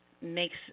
makes